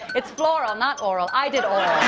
it's floral, not oral. i did oral.